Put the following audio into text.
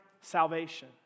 salvation